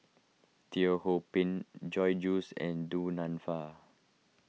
Teo Ho Pin Joyce Jue and Du Nanfa